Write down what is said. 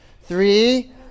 Three